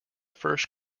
first